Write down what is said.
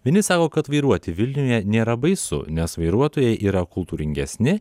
vieni sako kad vairuoti vilniuje nėra baisu nes vairuotojai yra kultūringesni